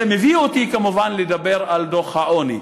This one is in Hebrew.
זה מביא אותי כמובן לדבר על דוח העוני.